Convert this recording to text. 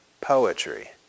poetry